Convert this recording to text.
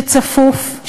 שצפוף,